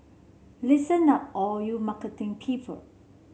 listen up all you marketing people